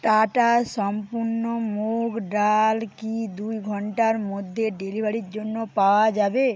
tata সম্পন্ন মুগ ডাল কি দুই ঘন্টার মধ্যে ডেলিভারির জন্য পাওয়া যাবে